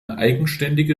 eigenständige